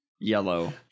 yellow